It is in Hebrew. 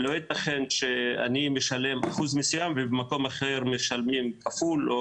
לא ייתכן שאני משלם אחוז מסוים ובמקום אחר משלמים כפול,